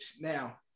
Now